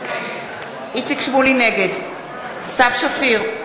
נגד סתיו שפיר,